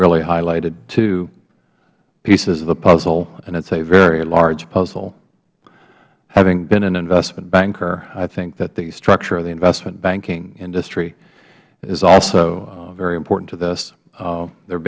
really highlighted two pieces of the puzzle and it is a very large puzzle having been an investment banker i think that the structure in the investment banking industry is also very important to this there